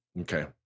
Okay